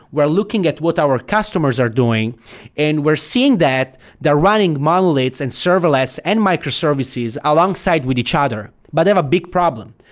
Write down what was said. we're looking at what our customers are doing and we're seeing that they're running monoliths and serverless and microservices alongside with each other, but they have a big problem.